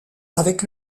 avec